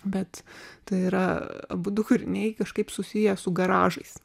bet tai yra abudu kūriniai kažkaip susiję su garažais